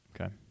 Okay